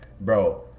bro